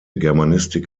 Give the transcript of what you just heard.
germanistik